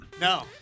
No